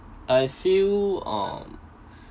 I feel on